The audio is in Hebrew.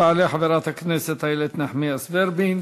תעלה חברת הכנסת איילת נחמיאס ורבין,